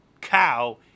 cow